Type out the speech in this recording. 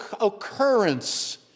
occurrence